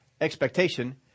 expectation